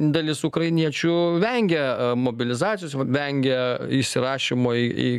dalis ukrainiečių vengia mobilizacijos vengia įsirašymo į į